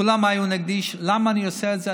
כולם היו נגדי: למה אני עושה את זה,